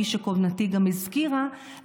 כפי שקודמתי גם הזכירה,